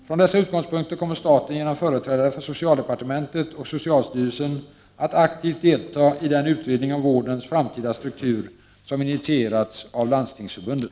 Från dessa utgångspunkter kommer staten genom företrädare för socialdepartementet och socialstyrelsen att aktivt delta i den utredning om vårdens framtida struktur som initierats av Landstingsförbundet.